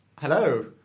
Hello